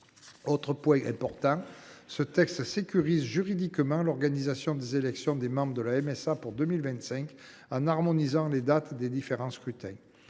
protection sociale. Ce texte sécurise également l’organisation des élections des membres de la MSA pour 2025 en harmonisant les dates des différents scrutins.